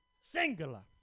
Singular